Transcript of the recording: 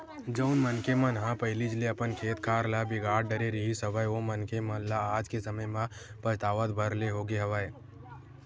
जउन मनखे मन ह पहिलीच ले अपन खेत खार ल बिगाड़ डरे रिहिस हवय ओ मनखे मन ल आज के समे म पछतावत भर ले होगे हवय